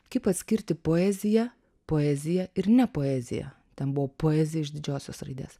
kaip atskirti poeziją poeziją ir nepoeziją ten buvo poezija iš didžiosios raidės